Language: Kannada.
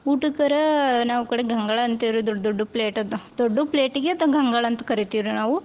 ಊಟಕ್ಕರ ನಾವು ಕಡೆ ಗಂಗಾಳ ಅಂತೇವೆ ರೀ ದೊಡ್ಡ ದೊಡ್ಡ ಪ್ಲೇಟದು ದೊಡ್ಡ ಪ್ಲೇಟಿಗೆ ದ ಗಂಗಾಳ ಅಂತ ಕರಿತೀವಿ ರೀ ನಾವು